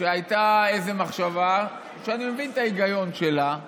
שהייתה איזו מחשבה, שאני מבין את ההיגיון שלה,